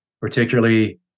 particularly